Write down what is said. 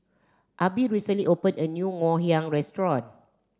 Abby recently opened a new ngoh hiang restaurant